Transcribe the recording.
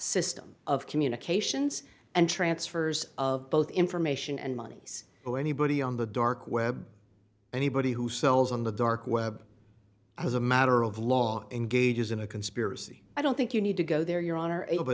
system of communications and transfers of both information and moneys to anybody on the dark web anybody who sells on the dark web as a matter of law engages in a conspiracy i don't think you need to go there your hon